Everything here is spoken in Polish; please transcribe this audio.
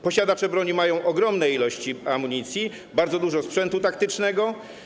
Posiadacze broni mają ogromne ilości amunicji, bardzo dużo sprzętu taktycznego.